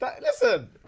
Listen